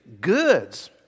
goods